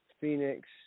Phoenix